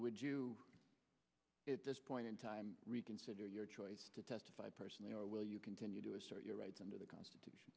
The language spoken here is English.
would you this point in time reconsider your choice to testify personally or will you continue to assert your rights under the constitution